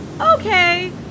Okay